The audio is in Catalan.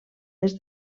des